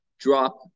drop